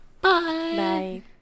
Bye